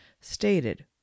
stated